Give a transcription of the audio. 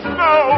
no